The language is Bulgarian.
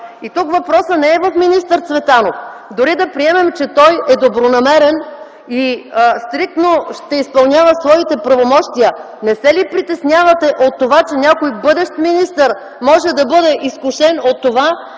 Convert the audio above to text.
И тук въпросът не е в министър Цветанов. Дори да приемем, че той е добронамерен и стриктно ще изпълнява своите правомощия, не се ли притеснявате от това, че някой бъдещ министър може да бъде изкушен от това